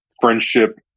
friendship